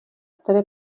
které